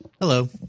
Hello